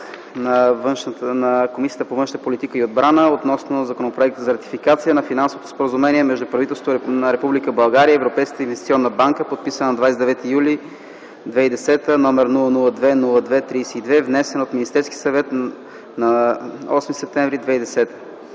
на Комисията по външна политика и отбрана относно Законопроект за ратифициране на Финансовото споразумение между правителството на Република България и Европейската инвестиционна банка, подписано на 29 юли 2010 г., № 002-02-32, внесен от Министерския съвет на 8 септември 2010